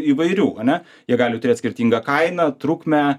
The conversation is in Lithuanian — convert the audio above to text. įvairių ane jie gali turėt skirtingą kainą trukmę